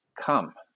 come